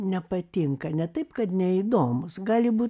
nepatinka ne taip kad neįdomūs gali būt